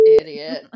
Idiot